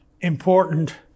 important